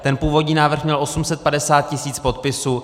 Ten původní návrh měl 850 tisíc podpisů.